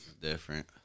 Different